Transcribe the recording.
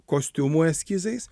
kostiumų eskizais